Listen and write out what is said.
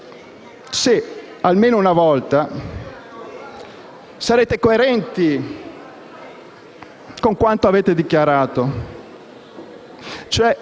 o, almeno una volta, di essere coerenti con quanto avete dichiarato, e cioè